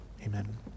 amen